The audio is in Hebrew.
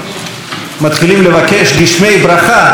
גם מתחילים לבקש גשמי ברכה,